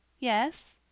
yes.